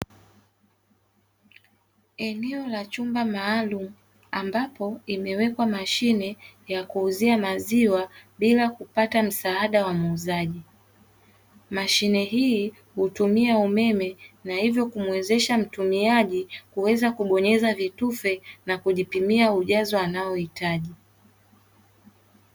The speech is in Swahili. Eneo la chumba maalumu ambapo limewekwa mashine ya kuuzia maziwa bila kupata msaada wa muuzaji. Mashine hii hutumia umeme na hivyo kumwezesha mtumiaji kuweza kubonyeza vitufe na kujipimia ujazo anaohitaji.